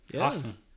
awesome